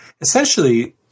essentially